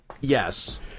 yes